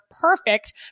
perfect